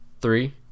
Three